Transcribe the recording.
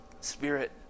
Spirit